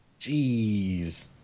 Jeez